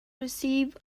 receive